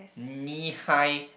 knee high